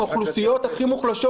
האוכלוסיות הכי מוחלשות,